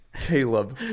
Caleb